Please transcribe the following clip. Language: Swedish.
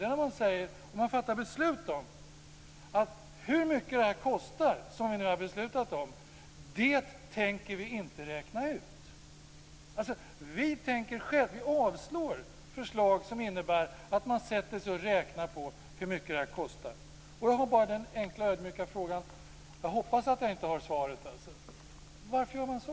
Det är när man fattar beslutet: Vi tänker inte räkna ut hur mycket det vi nu har beslutat om kostar. Man avslår förslag om att man ska sätta sig och räkna på hur mycket det kostar. Jag har bara den enkla ödmjuka frågan, och jag hoppas att jag inte har svaret: Varför gör man så?